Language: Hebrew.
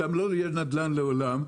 שם לא יהיה נדל"ן לעולם.